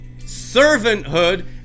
Servanthood